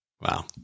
Wow